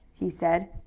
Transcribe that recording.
he said.